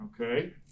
Okay